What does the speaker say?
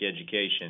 education